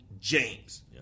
James